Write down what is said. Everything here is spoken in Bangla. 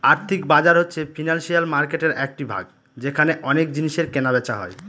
আর্থিক বাজার হচ্ছে ফিনান্সিয়াল মার্কেটের একটি ভাগ যেখানে অনেক জিনিসের কেনা বেচা হয়